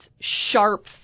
sharp